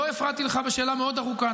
לא הפרעתי לך בשאלה מאוד ארוכה.